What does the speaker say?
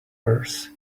purse